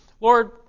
Lord